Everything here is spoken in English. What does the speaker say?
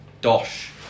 Dosh